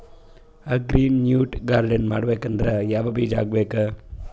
Agri nutri garden ಮಾಡಬೇಕಂದ್ರ ಯಾವ ಬೀಜ ಹಾಕಬೇಕು?